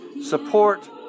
support